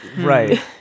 Right